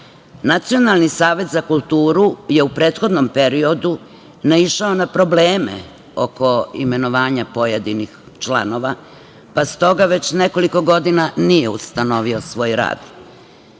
umetnika. Nacionalni savet za kulturu je u prethodnom periodu naišao na probleme oko imenovanja pojedinih članova, pa, stoga, već nekoliko godina nije ustanovio svoj